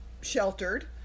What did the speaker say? sheltered